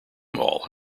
mall